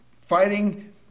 fighting